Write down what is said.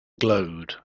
glowed